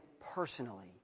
personally